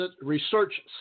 Research